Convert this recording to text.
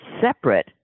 separate